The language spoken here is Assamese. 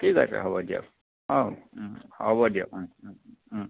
ঠিক আছে হ'ব দিয়ক অঁ হ'ব দিয়ক